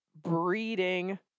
breeding